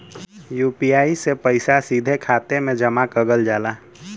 UPI से पइसा सीधा खाते में जमा कगल जाला